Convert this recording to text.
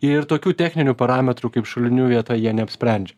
ir tokių techninių parametrų kaip šulinių vieta jie neapsprendžia